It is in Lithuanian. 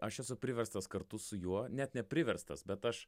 aš esu priverstas kartu su juo net nepriverstas bet aš